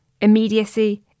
Immediacy